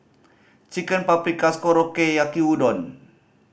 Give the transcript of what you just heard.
Chicken Paprikas Korokke Yaki Udon